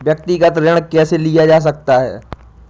व्यक्तिगत ऋण कैसे लिया जा सकता है?